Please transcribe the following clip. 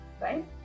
right